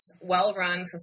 well-run